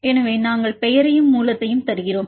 எனவே நாங்கள் பெயரையும் மூலத்தையும் தருகிறோம்